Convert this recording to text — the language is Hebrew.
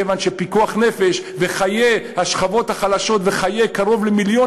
כיוון שפיקוח נפש וחיי השכבות החלשות וחיי קרוב למיליון